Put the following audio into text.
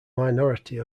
minority